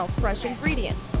fresh ingredients,